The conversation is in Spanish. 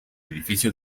edificio